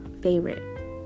favorite